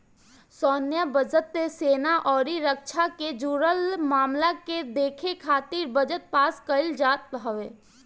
सैन्य बजट, सेना अउरी रक्षा से जुड़ल मामला के देखे खातिर बजट पास कईल जात हवे